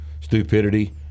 stupidity